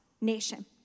nation